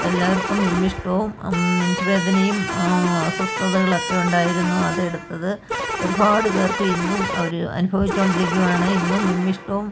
എല്ലാവർക്കും വിമ്മിഷ്ടവും നെഞ്ച് വേദനയും അസ്വസ്ഥതകളൊക്കെ ഉണ്ടായിരുന്നു അത് എടുത്തത് ഒരുപാട് പേർക്ക് ഇന്നും അവർ അനുഭവിച്ചുകൊണ്ടിരിക്കുകയാണ് ഇന്നും വിമ്മിഷ്ടവും